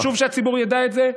חשוב שהציבור ידע את זה.